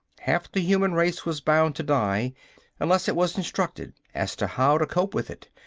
half the human race was bound to die unless it was instructed as to how to cope with it.